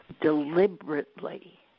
deliberately